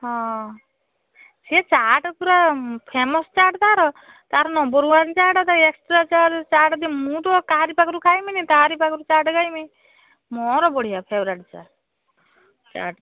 ହଁ ସିଏ ଚାଟ୍ ପୂରା ଉଁ ଫେମସ୍ ଚାଟ୍ ତା'ର ତା'ର ନମ୍ବର୍ ୱାନ୍ ଚାଟ୍ ତା'ର ଏକ୍ସଟ୍ରା ଚାଟ୍ ଦିଏ ମୁଁ ତ ଆଉ କାହାରି ପାଖରୁ ଖାଇମିନି ତାରି ପାଖରୁ ଚାଟ୍ ଖାଇମି ମୋର ବଢ଼ିଆ ଫେଭରାଇଟ୍ ଚାଟ୍ ଚାଟ୍